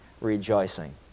rejoicing